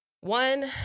one